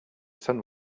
sun